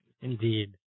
Indeed